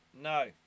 No